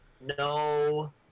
No